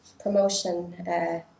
promotion